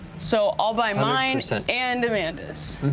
so i'll buy mine and amanda's.